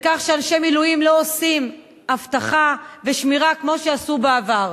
בכך שאנשי מילואים לא עושים אבטחה ושמירה כמו שעשו בעבר.